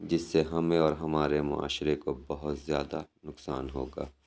جس سے ہمیں اور ہمارے معاشرے کو بہت زیادہ نقصان ہوگا